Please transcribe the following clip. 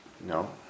No